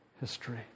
history